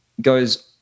goes